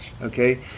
Okay